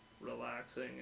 relaxing